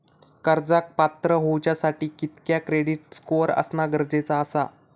कर्जाक पात्र होवच्यासाठी कितक्या क्रेडिट स्कोअर असणा गरजेचा आसा?